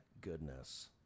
goodness